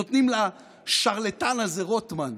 נותנים לשרלטן הזה, רוטמן,